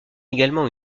également